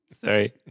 Sorry